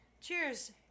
Cheers